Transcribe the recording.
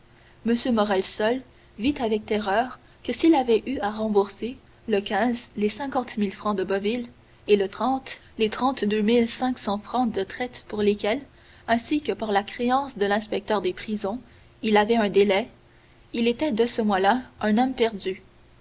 morrel seul vit avec terreur que s'il avait eu à rembourser le les cinquante mille francs m de boville et le les trente-deux mille cinq cents francs de traites pour lesquelles ainsi que pour la créance de l'inspecteur des prisons il avait un délai il était dès ce mois là un homme perdu